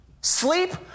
Sleep